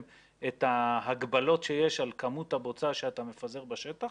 את ההגבלות שיש על כמות הבוצה שאתה מפזר בשטח.